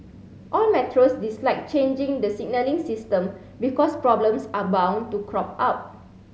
all metros dislike changing the signalling system because problems are bound to crop up